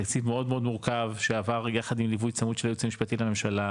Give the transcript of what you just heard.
תקציב מאוד מאוד מורכב שעבר יחד עם ליווי צמוד של הייעוץ המשפטי לממשלה,